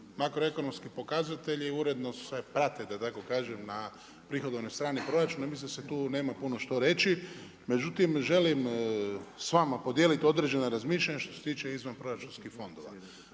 makroekonomski pokazatelji, uredno se prate, da tako kažem, na prihodovnoj strani proračuna i mislim da se tu nema puno što reći. Međutim, želim s vama podijeliti određena razmišljanja što se tiče izvanproračunskih fondova.